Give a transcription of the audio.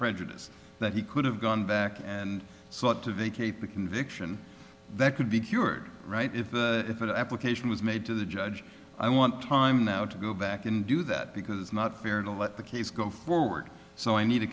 prejudice that he could have gone back and sought to vacate the conviction that could be cured right if that application was made to the judge i want time now to go back and do that because it's not fair to let the case go forward so i need a